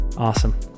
Awesome